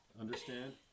understand